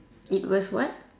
it was what